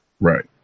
right